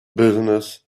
business